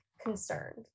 concerned